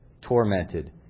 tormented